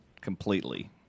completely